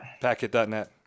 Packet.net